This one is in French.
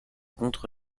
contre